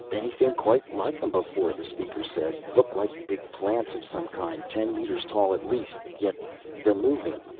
anything quite like them before, the speaker said. look like big plants of some kind, ten meters tall at least yet they're moving.